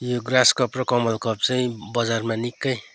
यो grass cup र कमल कप चाहिँ बजारमा निक्कै